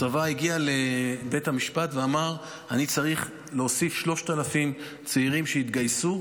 הצבא הגיע לבית המשפט ואמר: אני צריך להוסיף 3,000 צעירים שיתגייסו.